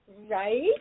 Right